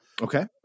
Okay